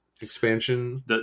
expansion